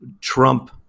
Trump